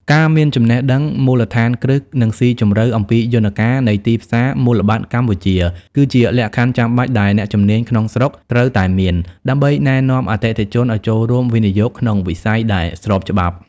ការមានចំណេះដឹងមូលដ្ឋានគ្រឹះ និងស៊ីជម្រៅអំពីយន្តការនៃទីផ្សារមូលបត្រកម្ពុជា គឺជាលក្ខខណ្ឌចាំបាច់ដែលអ្នកជំនាញក្នុងស្រុកត្រូវតែមាន ដើម្បីណែនាំអតិថិជនឱ្យចូលរួមវិនិយោគក្នុងវិស័យដែលស្របច្បាប់។